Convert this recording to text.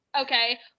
okay